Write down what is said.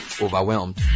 overwhelmed